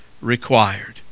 required